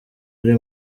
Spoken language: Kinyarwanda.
ari